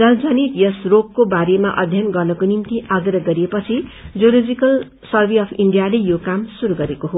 जलजनित यस रोगको बारेमा अध्ययन गर्नको निम्ति आग्रह गरिएपछि जूलोजिकल सर्मे अफू इण्डियाले यो क्रम शुरू गरेको हो